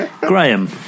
Graham